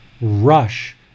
rush